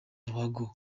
ruhago